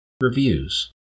Reviews